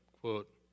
quote